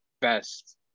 best